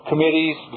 Committees